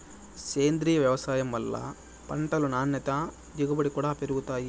సేంద్రీయ వ్యవసాయం వల్ల పంటలు నాణ్యత దిగుబడి కూడా పెరుగుతాయి